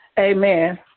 amen